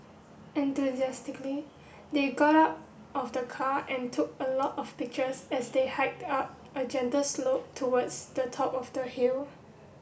enthusiastically they got out of the car and took a lot of pictures as they hiked up a gentle slope towards the top of the hill